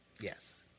Yes